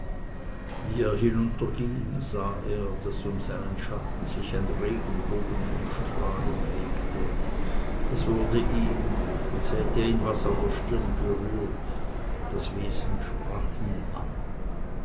er hinunterging sah er daß um seinen schatten sich ein regenbogen von strahlen legte es wurde ihm als hätte ihn was an der stirn berührt das wesen sprach ihn an